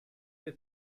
the